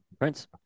Prince